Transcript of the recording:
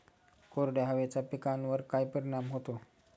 कोरड्या हवेचा पिकावर काय परिणाम होतो?